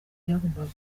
byagombaga